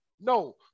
No